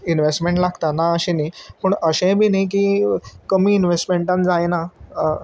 investment लागता ना अशें न्ही पूण अशेंय बी न्ही की कमी इनवेस्टमेंटान जायना